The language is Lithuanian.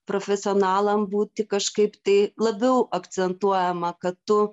profesionalam būti kažkaip tai labiau akcentuojama kad tu